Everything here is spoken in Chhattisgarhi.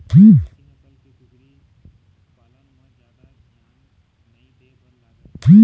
देशी नसल के कुकरी पालन म जादा धियान नइ दे बर लागय